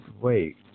Wait